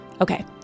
Okay